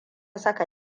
saka